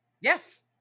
yes